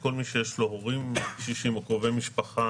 שכל מי שיש לו הורים קשישים או קרובי משפחה